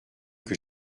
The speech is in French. que